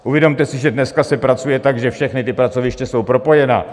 Uvědomte si, že dneska se pracuje tak, že všechna ta pracoviště jsou propojena.